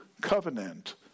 covenant